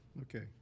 okay